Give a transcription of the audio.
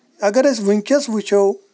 اَگر أسۍ ؤنکیٚس وٕچھو